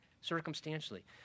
circumstantially